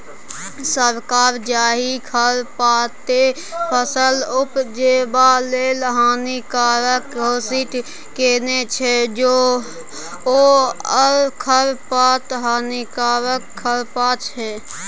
सरकार जाहि खरपातकेँ फसल उपजेबा लेल हानिकारक घोषित केने छै ओ खरपात हानिकारक खरपात छै